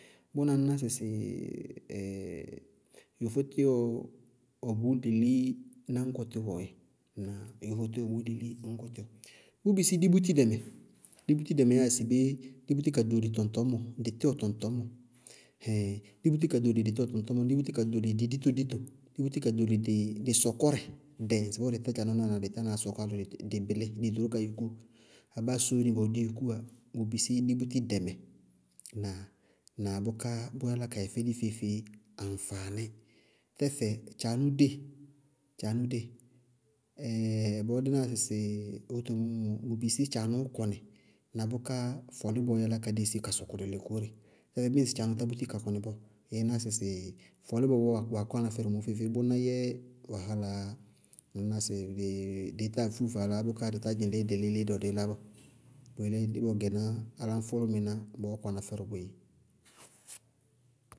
Bʋnáá ŋñ ná sɩsɩ yofó tíwɔ wɛ bʋʋ tilí náñkɔ tíwɔɔ dzɛ. Ŋnáa? Yofó tíwɔ wɛ bʋʋ lilí ŋñkɔ tíwɔɔ. Bʋʋ bisí dí búti dɩmɛ. Dí búti dɩmɛ yáa sɩ bé? Dí búti ka ɖóli tɔŋtɔñmɔ, dɩ tíwɔ tɔŋtɔñmɔ. Ɛhɛɛŋ! Dí búti ka ɖóli dɩ tíwɔ tɔŋtɔñmɔ, dí búti ka ɖóli dɩ dito ditɔ, dí búti ka ɖóli dɩ sɔkɔrɛ. Dɛ ŋsɩbɔɔ dɩɩ tádzanʋnáa sɔkɔwá lɔ dɩ bɩlíɩ dɩ ɖoró ka yúkú, abáa sóóni na bɔɔ dí yúkúwá bʋ bisí dí búti dɛ mɛ. Ŋnáa? Na bʋká bʋ yálá ka yɛfɛ dí feé-feé aŋfaaní. Tɛfɛ tchaanʋʋ dée, tchaanʋʋ dée. bɔɔ dí náa sɩsɩ wóto mɔɔ mɔ, bʋ bisí tchaanʋʋ kɔnɩ, na bʋká fɔlíbɔɔ yálá ka dési ka sɔkɔ lɔlɔ goóre. Tɛfɛ bíɩ tchaanʋʋ tá búti sɔkɔ bɔɔ ɩí ná sɩ fɔlíbɔ bɔɔ maa kɔwana fɛdʋ feé-feé mɔ, bʋná yɛ wahálaá yá. Ŋñná sɩ dɩí táa fú faalaá yá bʋká dɩ tá dzɩŋ léé dɩ líɩ léé dɩwɛ dɩí lá bɔɔ. Bʋyelé dí bɔ gɛná áláñfʋlʋmɩná bɔɔ ɔɔ kɔná fɛdʋ boé.